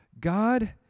God